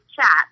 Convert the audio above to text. chat